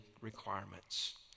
requirements